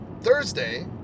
Thursday